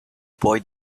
boy